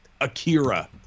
Akira